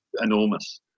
enormous